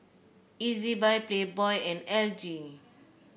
Ezbuy Playboy and L G